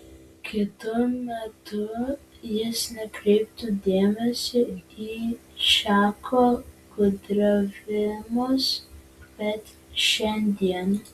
kitu metu jis nekreiptų dėmesio į čako gudravimus bet šiandien